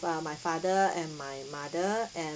uh my father and my mother and